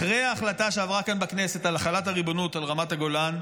אחרי ההחלטה שעברה כאן בכנסת על החלת הריבונות על רמת הגולן,